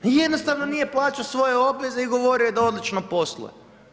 Jednostavno nije plaćao svoje obveze i govorio je da odlučno posluje.